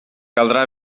caldrà